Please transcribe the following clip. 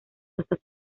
hasta